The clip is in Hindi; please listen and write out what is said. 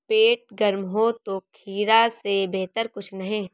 पेट गर्म हो तो खीरा से बेहतर कुछ नहीं